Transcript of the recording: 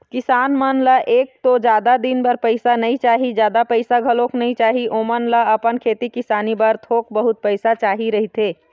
किसान मन ल एक तो जादा दिन बर पइसा नइ चाही, जादा पइसा घलोक नइ चाही, ओमन ल अपन खेती किसानी बर थोक बहुत पइसा चाही रहिथे